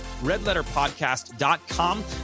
redletterpodcast.com